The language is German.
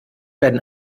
werden